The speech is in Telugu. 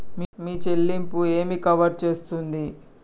మీ చెల్లింపు ఏమి కవర్ చేస్తుంది?